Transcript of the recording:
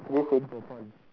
just saying for fun